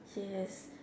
yes